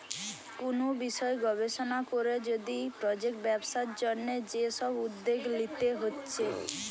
কুনু বিষয় গবেষণা কোরে যদি প্রজেক্ট ব্যবসার জন্যে যে সব উদ্যোগ লিতে হচ্ছে